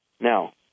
Now